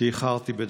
שאיחרתי בדקה.